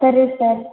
సరే సార్